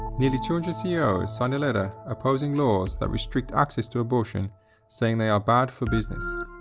nearly two hundred ceos signed a letter opposing laws that restrict access to abortion saying they are bad for business.